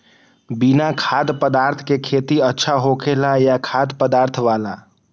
बिना खाद्य पदार्थ के खेती अच्छा होखेला या खाद्य पदार्थ वाला?